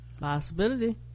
possibility